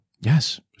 Yes